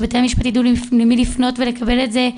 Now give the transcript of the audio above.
שבתי המשפט ידעו למי לפנות ולקבל את זה,